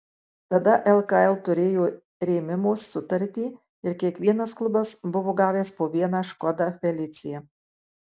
tada lkl turėjo rėmimo sutartį ir kiekvienas klubas buvo gavęs po vieną škoda felicia